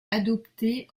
adopté